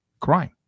crime